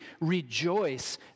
rejoice